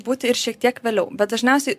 būti ir šiek tiek vėliau bet dažniausiai